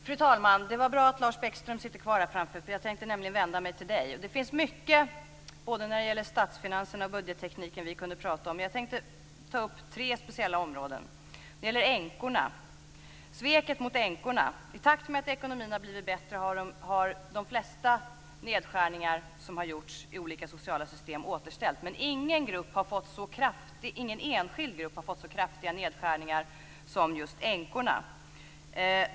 Fru talman! Det är bra att Lars Bäckström sitter kvar här, eftersom jag tänkte vända mig till honom. Det finns mycket både när det gäller statsfinanserna och budgettekniken som vi skulle kunna tala om. Men jag tänkte ta upp tre speciella områden. Det första gäller änkorna och sveket mot dem. I takt med att ekonomin har blivit bättre har de flesta nedskärningar som har gjorts i olika sociala system återställts. Men för ingen annan enskild grupp har det skett så kraftiga nedskärningar som för just änkorna.